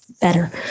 better